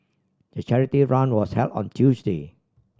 the charity run was held on Tuesday